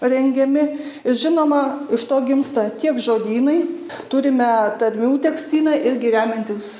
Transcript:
rengiami žinoma iš to gimsta tiek žodynai turime tarmių tekstyną irgi remiantis